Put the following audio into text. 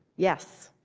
yes.